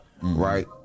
Right